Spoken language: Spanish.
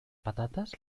patatas